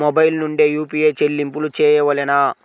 Mobile నుండే UPI చెల్లింపులు చేయవలెనా?